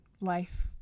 life